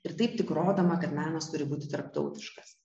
ir taip tik rodoma kad menas turi būti tarptautiškas